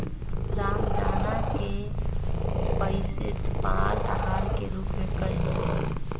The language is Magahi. रामदाना के पइस्तेमाल आहार के रूप में कइल जाहई